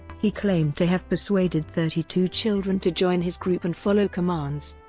he claimed to have persuaded thirty two children to join his group and follow commands.